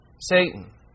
Satan